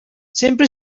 sempre